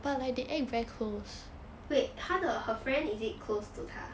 wait 他的 her friend is it close to 他